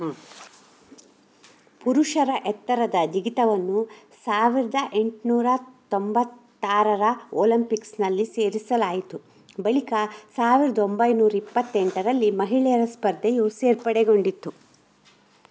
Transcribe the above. ಪುರುಷರ ಎತ್ತರದ ಜಿಗಿತವನ್ನು ಸಾವಿರದ ಎಂಟುನೂರ ತೊಂಬತ್ತಾರರ ಒಲಂಪಿಕ್ಸ್ನಲ್ಲಿ ಸೇರಿಸಲಾಯಿತು ಬಳಿಕ ಸಾವಿರದ ಒಂಬೈನೂರ ಇಪ್ಪತ್ತೆಂಟರಲ್ಲಿ ಮಹಿಳೆಯರ ಸ್ಪರ್ಧೆಯು ಸೇರ್ಪಡೆಗೊಂಡಿತ್ತು